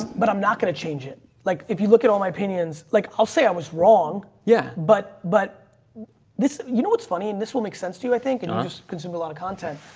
but i'm not going to change it. like if you look at all my opinions, like i'll say i was wrong, yeah but, but this, you know what's funny and this will make sense to you i think. and you just consume a lot of content.